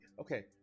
Okay